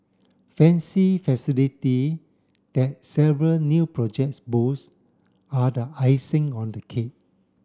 fancy facility that several new projects boast are the icing on the cake